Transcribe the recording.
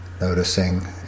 noticing